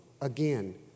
again